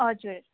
हजुर